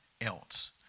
else